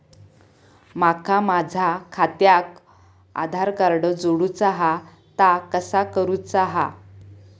माका माझा खात्याक आधार कार्ड जोडूचा हा ता कसा करुचा हा?